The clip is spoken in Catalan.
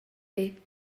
fer